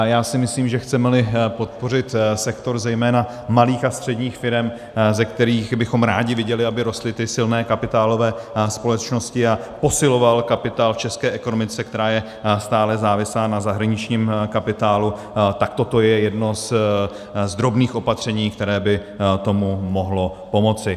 Já si myslím, že chcemeli podpořit sektor zejména malých a středních firem, ze kterých bychom rádi viděli, aby rostly ty silné kapitálové společnosti a posiloval kapitál v české ekonomice, která je stále závislá na zahraničním kapitálu, tak toto je jedno z drobných opatření, které by tomu mohlo pomoci.